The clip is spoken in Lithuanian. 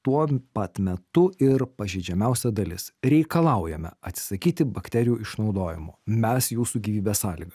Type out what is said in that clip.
tuo pat metu ir pažeidžiamiausia dalis reikalaujame atsisakyti bakterijų išnaudojimo mes jūsų gyvybės sąlyga